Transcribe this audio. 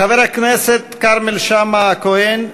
חבר הכנסת כרמל שאמה-הכהן,